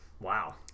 Wow